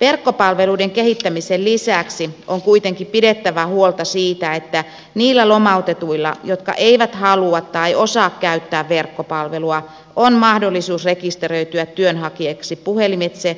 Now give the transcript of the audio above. verkkopalveluiden kehittämisen lisäksi on kuitenkin pidettävä huolta siitä että niillä lomautetuilla jotka eivät halua tai osaa käyttää verkkopalvelua on mahdollisuus rekisteröityä työnhakijaksi puhelimitse